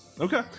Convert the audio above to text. Okay